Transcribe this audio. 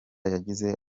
yagize